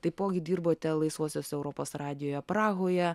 taipogi dirbote laisvosios europos radijuje prahoje